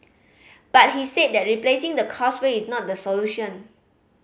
but he said that replacing the Causeway is not the solution